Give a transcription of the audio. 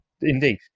indeed